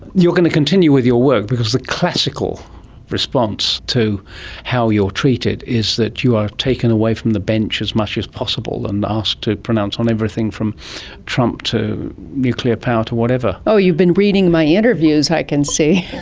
you're going to continue with your work because the classical response to how you're treated is that you are taken away from the bench as much as possible and asked to pronounce on everything from trump to nuclear power to whatever. oh you've been reading my interviews, i can see!